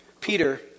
Peter